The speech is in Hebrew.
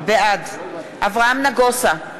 בעד אברהם נגוסה,